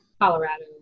Colorado